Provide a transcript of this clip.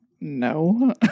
No